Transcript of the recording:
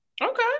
Okay